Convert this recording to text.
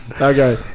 Okay